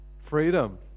Freedom